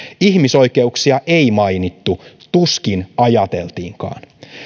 ihmisoikeuksia ei mainittu tuskin ajateltiinkaan